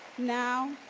now,